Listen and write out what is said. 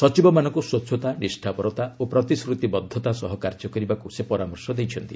ସଚିବମାନଙ୍କୁ ସ୍ୱଚ୍ଚତା ନିଷ୍ଠାପରତା ଓ ପ୍ରତିଶ୍ରତିବଦ୍ଧତା ସହ କାର୍ଯ୍ୟ କରିବାକୁ ସେ ପରାମର୍ଶ ଦେଇଛନ୍ତି